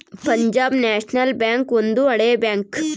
Punjab National Bank ಒಂದು ಹಳೆ bank